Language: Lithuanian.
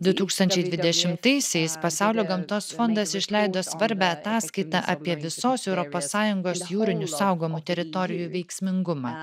du tūkstančiai dvidešimtaisiais pasaulio gamtos fondas išleido svarbią ataskaitą apie visos europos sąjungos jūrinių saugomų teritorijų veiksmingumą